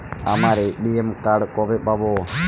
আমার ATM card কবে পাব?